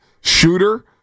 shooter